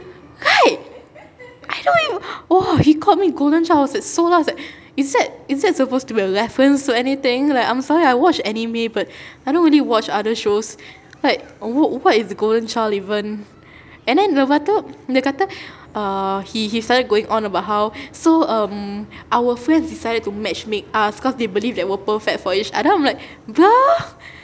right I don't even !wah! he called me golden child I was like so lost like is that is that supposed to be a reference to anything like I'm sorry I watch anime but I don't really watch other shows like what what is golden child even and then lepas tu dia kata uh he he started going on about how so um our friends decided to matchmake us cause they believe we're perfect for each other then I'm like bruh